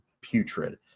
putrid